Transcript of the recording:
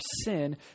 sin